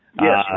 Yes